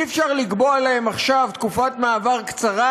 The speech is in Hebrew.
אי-אפשר לקבוע להם עכשיו תקופת מעבר קצרה,